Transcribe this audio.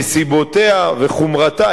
נסיבותיה וחומרתה,